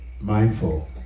mindful